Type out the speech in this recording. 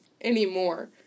anymore